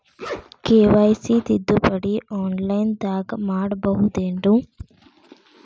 KYC ತಿದ್ದುಪಡಿ ಆನ್ಲೈನದಾಗ್ ಮಾಡ್ಬಹುದೇನು?